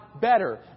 better